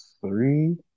three